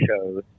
shows